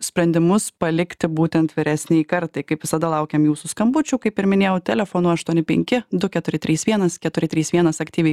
sprendimus palikti būtent vyresnei kartai kaip visada laukiam jūsų skambučių kaip ir minėjau telefonu aštuoni penki du keturi trys vienas keturi trys vienas aktyviai